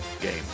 game